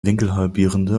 winkelhalbierende